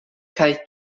kaj